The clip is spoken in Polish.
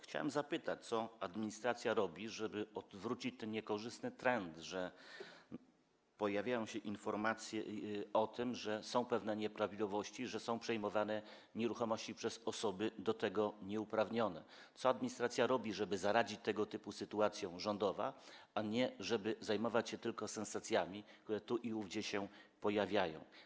Chciałem zapytać, co administracja robi, żeby odwrócić ten niekorzystny trend, że pojawiają się informacje o tym, że są pewne nieprawidłowości, że są przejmowane nieruchomości przez osoby do tego nieuprawnione, co administracja rządowa robi, żeby zaradzić tego typu sytuacjom, a nie żeby zajmować się tylko sensacjami, które tu i ówdzie się pojawiają.